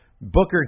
Booker